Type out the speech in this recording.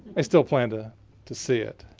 i still plan to to see it.